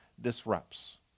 disrupts